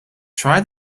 try